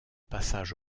passage